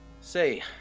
Say